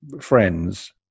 friends